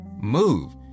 move